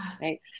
right